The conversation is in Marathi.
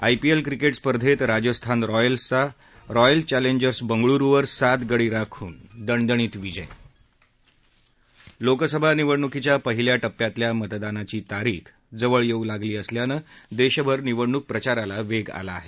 आयपीएल क्रिकेट स्पर्धेत राजस्थान रॉयल्सचा रॉयल चॅलेंजर्स बंगळ्रुवर सात गडी राखून दणदणीत विजय लोकसभा निवडणुकीच्या पहिल्या टप्प्यातल्या मतदानाची तारीख जवळ येऊ लागली असल्यानं देशभर निवडणूक प्रचाराला वेग आला आहे